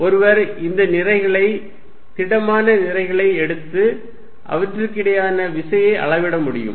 ஒருவர் இந்த நிறைகளை திடமான நிறைகளை எடுத்து அவற்றுக்கிடையேயான விசையை அளவிட முடியும்